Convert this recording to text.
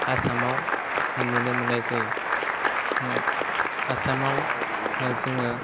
आसामाव नुनो मोननाय जायो आसामाव जोङो